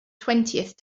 twentieth